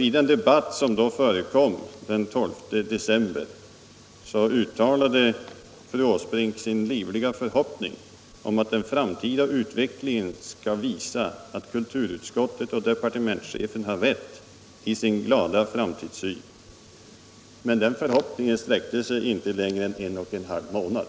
I den debatt som förekom den 12 december uttalade fru Åsbrink sin ”livliga förhoppning att den framtida utvecklingen skall visa att kulturutskottet och departementschefen har rätt i sin glada framtidssyn. ===". Men den förhoppningen sträckte sig inte över längre tid än en och en halv månad.